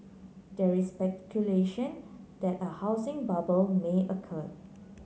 there is speculation that a housing bubble may occur